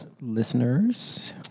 listeners